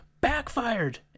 backfired